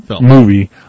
movie